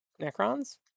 Necrons